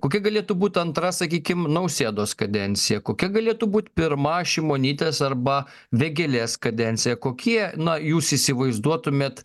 kokia galėtų būt antra sakykim nausėdos kadencija kokia galėtų būt pirma šimonytės arba vėgėlės kadencija kokie na jūs įsivaizduotumėt